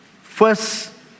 first